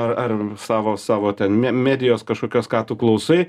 ar ar savo savo ten me medijos kažkokios ką tu klausai